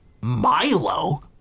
Milo